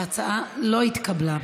ההצעה לא התקבלה.